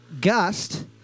gust